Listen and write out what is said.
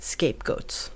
Scapegoats